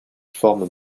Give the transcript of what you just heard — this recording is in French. formes